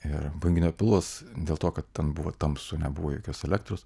ir banginio pilvas dėl to kad ten buvo tamsu nebuvo jokios elektros